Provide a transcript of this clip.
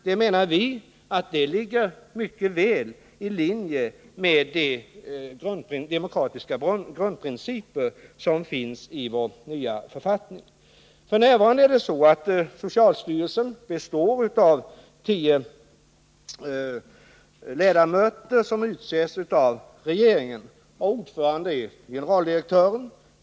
Det, menar vi, ligger mycket väl i linje med de demokratiska grundprinciper som finns i vår nya författning. F.n. består socialstyrelsen av tio ledamöter, som utses av regeringen. Ordförande är generaldirektören.